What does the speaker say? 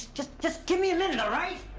just, just, give me a minute, all right.